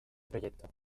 proyectos